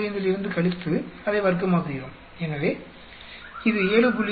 45 இலிருந்து கழித்து அதை வர்க்கமாக்குகிறோம் எனவே இது 7